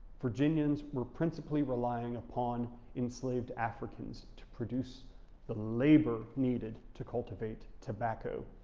virginians were principally relying upon enslaved africans to produce the labor needed to cultivate tobacco.